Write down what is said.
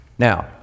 Now